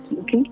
Okay